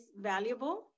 valuable